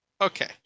Okay